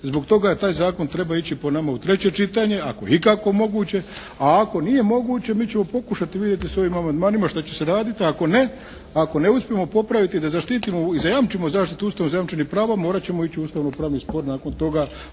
Zbog toga taj Zakon treba ići po nam u treće čitanje, ako je ikako moguće, a ako nije moguće, mi ćemo pokušati vidjeti s ovim amandmanima šta će se raditi, a ako ne uspijemo popraviti da zaštitimo i zajamčimo zaštitu Ustava zajamčenih prava morat ćemo ići u ustavno-pravni spor nakon toga